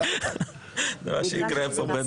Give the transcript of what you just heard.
זה מה שיקרה פה.